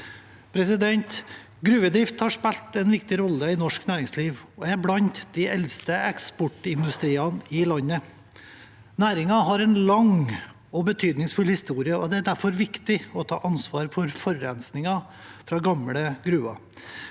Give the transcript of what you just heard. Gruvedrift har spilt en viktig rolle i norsk næringsliv og er blant de eldste eksportindustriene i landet. Næringen har en lang og betydningsfull historie, og det er derfor viktig å ta ansvar for forurensningen fra gamle gruver.